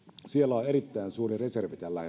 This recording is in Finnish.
siellä on erittäin suuri reservi tällä